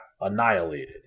annihilated